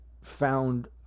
found